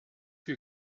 wir